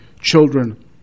Children